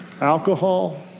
alcohol